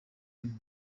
same